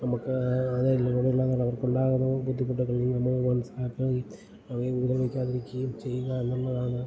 നമുക്ക് അതിലൂടെയുള്ള അവർക്കുണ്ടാകുന്നതും ബുദ്ധിമുട്ടുകൾ നമ്മൾ മനസ്സിലാക്കുകയും അവയെ ഉപദ്രവിക്കാതിരിക്കുകയും ചെയ്യുക എന്നുള്ളതാണ്